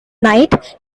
night